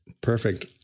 perfect